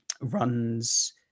runs